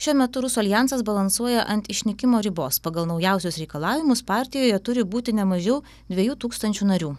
šiuo metu rusų aljansas balansuoja ant išnykimo ribos pagal naujausius reikalavimus partijoje turi būti ne mažiau dviejų tūkstančių narių